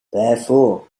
therefore